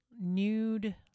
nude